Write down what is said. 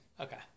Okay